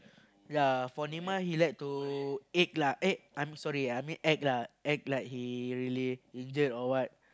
ya for Neymar he like to egg lah egg I'm sorry I mean act lah act like he really injured or what